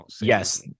yes